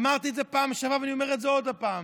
אמרתי את זה בפעם שעברה, ואני אומר את זה עוד פעם: